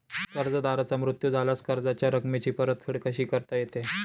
कर्जदाराचा मृत्यू झाल्यास कर्जाच्या रकमेची परतफेड कशी करता येते?